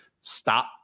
stop